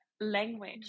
language